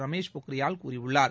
ரமேஷ் பொக்ரியால் கூறியுள்ளார்